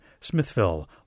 Smithville